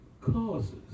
causes